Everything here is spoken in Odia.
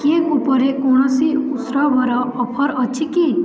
କେକ୍ ଉପରେ କୌଣସି ଉତ୍ସବର ଅଫର୍ ଅଛି କି